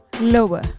Lower